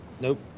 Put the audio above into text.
Nope